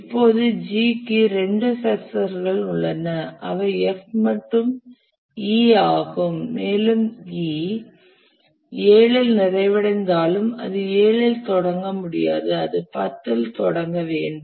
இப்போது G க்கு இரண்டு சக்சசர்கள் உள்ளன அவை F மற்றும் E ஆகும் மேலும் E 7 இல் நிறைவடைந்தாலும் அது 7 இல் தொடங்க முடியாது அது 10 இல் தொடங்க வேண்டும்